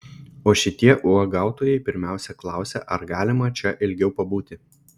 o šitie uogautojai pirmiausia klausia ar galima čia ilgiau pabūti